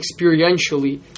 experientially